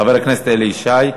חבר הכנסת אלי ישי,